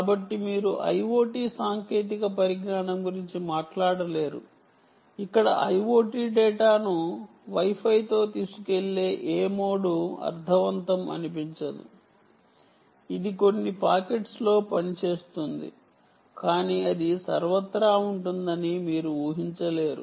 కాబట్టి మీరు IoT సాంకేతిక పరిజ్ఞానం గురించి మాట్లాడలేరు ఇక్కడ IoT డేటాను Wi Fi తో తీసుకువెళ్ళే ఏ మోడ్ అర్ధవంతం అనిపించదు ఇది కొన్ని పాకెట్స్ లో పనిచేస్తుంది కానీ అది సర్వత్రా ఉంటుందని మీరు ఊహించలేరు